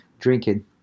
drinking